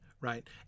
right